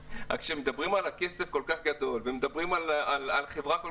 כשמדברים על כסף כל כך גדול ומדברים על חברה כל